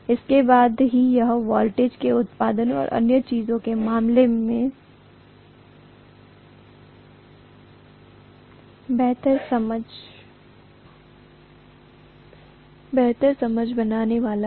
इसके बाद ही यह वोल्टेज के उत्पादन और अन्य चीजों के मामले में बेहतर समझ बनाने वाला है